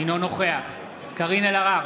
אינו נוכח קארין אלהרר,